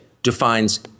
defines